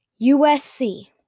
USC